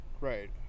Right